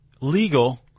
legal